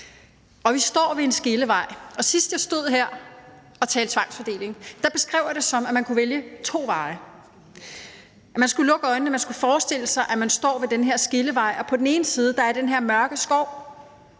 Og vi står ved en skillevej. Sidst jeg stod her og talte om tvangsfordeling, beskrev jeg det som, at man kunne vælge to veje. Man skulle lukke øjnene, man skulle forestille sig, at man står ved den her skillevej, og på den ene side er der den her mørke skov